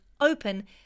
open